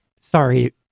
Sorry